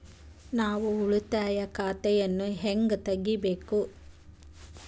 ನಾನು ಉಳಿತಾಯ ಖಾತೆಯನ್ನು ಹೆಂಗ್ ತಗಿಬೇಕು?